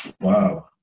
wow